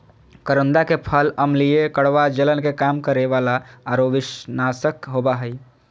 करोंदा के फल अम्लीय, कड़वा, जलन के कम करे वाला आरो विषनाशक होबा हइ